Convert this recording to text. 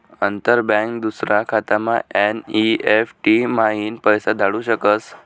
अंतर बँक दूसरा खातामा एन.ई.एफ.टी म्हाईन पैसा धाडू शकस